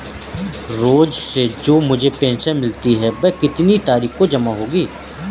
रोज़ से जो मुझे पेंशन मिलती है वह कितनी तारीख को जमा होगी?